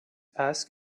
ask